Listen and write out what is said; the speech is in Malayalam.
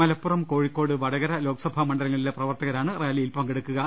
മലപ്പുറം കോഴി ക്കോട് വടകര ലോക്സഭാ മണ്ഡലങ്ങളിലെ പ്രവർത്തകരാണ് റാലിയിൽ പങ്കെടുക്കുക